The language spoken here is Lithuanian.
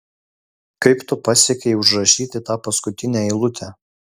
kaip tu pasiekei užrašyti tą paskutinę eilutę